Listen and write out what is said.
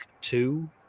two